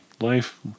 Life-